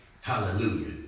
Hallelujah